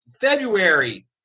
february